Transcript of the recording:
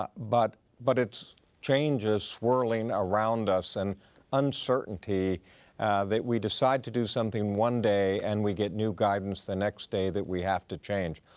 ah but but it's changes swirling around us and uncertainty that we decide to do something one day and we get new guidance the next day that we have to change.